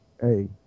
Hey